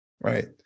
right